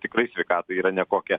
tikrai sveikata yra nekokia